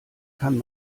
kann